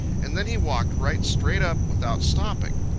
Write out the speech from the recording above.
and then he walked right straight up without stopping.